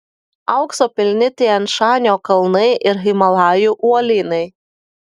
aukso pilni tian šanio kalnai ir himalajų uolynai